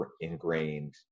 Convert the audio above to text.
ingrained